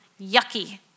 yucky